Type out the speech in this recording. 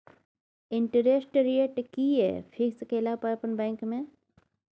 Interest rate कि ये fix केला पर अपन बैंक में?